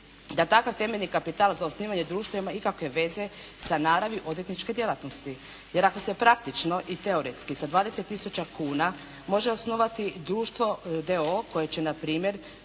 da takav temeljni kapital za osnivanje društva ima ikakve veze sa naravi odvjetničke djelatnosti, jer ako se praktično i teoretski sa 20 tisuća kuna može osnovati društvo d.o.o. koje će npr.